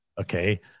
Okay